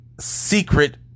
secret